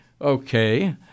Okay